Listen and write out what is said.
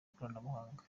ikoranabuhanga